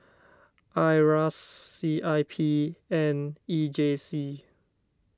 Iras C I P and E J C